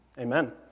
Amen